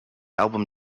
album